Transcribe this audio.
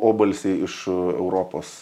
obalsiai iš europos